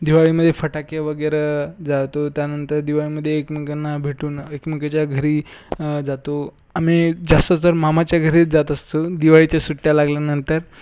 दिवाळीमध्ये फटाके वगैरे जाळतो त्यानंतर दिवाळीमध्ये एकमेकांना भेटून एकमेकांच्या घरी जातो आम्ही जास्त तर मामाच्या घरीच जात असतो दिवाळीच्या सुट्ट्या लागल्यानंतर